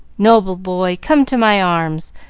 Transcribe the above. noble boy come to my arms!